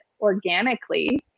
organically